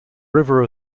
river